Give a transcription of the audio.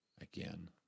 again